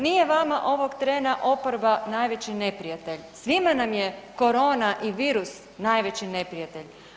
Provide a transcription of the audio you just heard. Nije vama ovog trena oporba najveći neprijatelj, svima nam je korona i virus najveći neprijatelj.